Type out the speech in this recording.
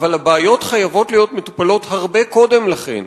אבל הבעיות חייבות להיות מטופלות הרבה קודם לכן.